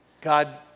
God